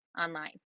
online